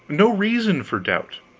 no reason for doubt.